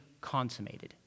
consummated